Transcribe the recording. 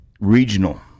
regional